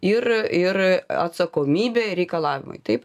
ir ir atsakomybė reikalavimai taip